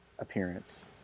appearance